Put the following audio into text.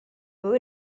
good